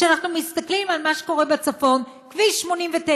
כשאנחנו מסתכלים על מה שקורה בצפון, כביש 89,